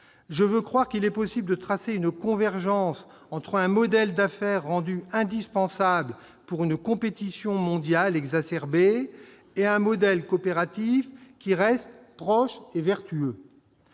Je veux croire qu'il est possible de tracer une convergence entre un « modèle d'affaires » rendu indispensable par une compétition mondiale exacerbée et un « modèle coopératif qui reste proche et vertueux